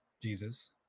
Jesus